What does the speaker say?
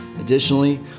Additionally